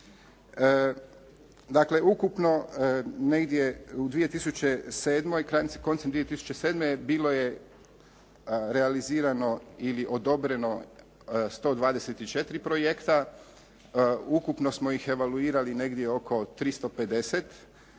Dakle, ukupno negdje koncem 2007. bilo je realizirano ili odobreno 124 projekta, ukupno smo ih evaluirali negdje oko 350. Sad je ta